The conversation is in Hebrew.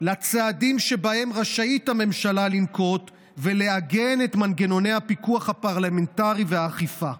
לצעדים שהממשלה רשאית לנקוט ולעגן את מנגנוני הפיקוח הפרלמנטרי והאכיפה.